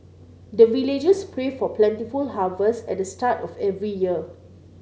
the villagers pray for plentiful harvest at the start of every year